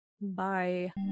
Bye